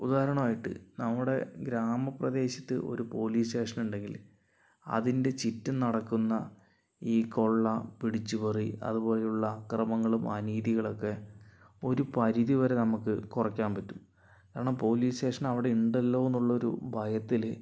ഉദാഹരണവായിട്ട് നമ്മുടെ ഗ്രാമ പ്രദേശത്ത് ഒരു പോലീസ് സ്റ്റേഷൻ ഉണ്ടെങ്കില് അതിൻ്റെ ചിറ്റും നടക്കുന്ന ഈ കൊള്ള പിടിച്ചുപറി അതുപോലെയുള്ള അക്രമങ്ങളും അനീതികളൊക്കെ ഒരു പരിധി വരെ നമുക്ക് കുറയ്ക്കാൻ പറ്റും കാരണം പോലീസ് സ്റ്റേഷൻ അവിടെ ഉണ്ടല്ലോ എന്നുള്ളൊരു ഭയത്തില്